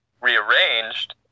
rearranged